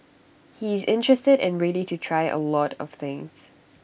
he is interested and ready to try A lot of things